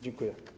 Dziękuję.